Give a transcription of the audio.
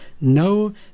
no